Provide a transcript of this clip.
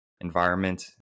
environment